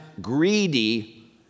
greedy